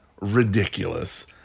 ridiculous